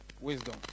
Wisdom